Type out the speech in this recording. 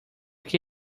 que